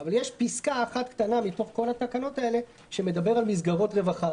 אבל יש פסקה אחת קטנה מתוך כל התקנות האלה שמדברת על מסגרות רווחה.